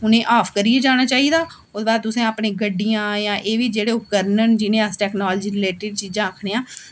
उ'नेंगी ऑफ करियै जाना चाहिदा ओह्दे बाद तुसें अपनियां गड्डियां अपने एह् बी जेह्ड़े उपकरन न जि'नेंगी अस टैकनॉलजी रिलेटिड चीज़ां आक्खने आं